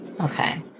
Okay